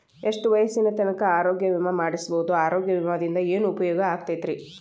ಎಷ್ಟ ವಯಸ್ಸಿನ ತನಕ ಆರೋಗ್ಯ ವಿಮಾ ಮಾಡಸಬಹುದು ಆರೋಗ್ಯ ವಿಮಾದಿಂದ ಏನು ಉಪಯೋಗ ಆಗತೈತ್ರಿ?